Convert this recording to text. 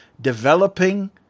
developing